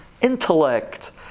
intellect